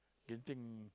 Genting